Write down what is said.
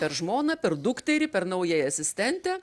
per žmoną per dukterį per naująją asistentę